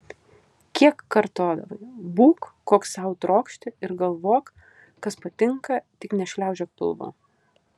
kiek kartodavai būk koks sau trokšti ir galvok kas patinka tik nešliaužiok pilvu